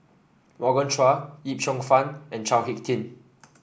Morgan Chua Yip Cheong Fun and Chao HicK Tin